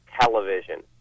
television